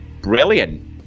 brilliant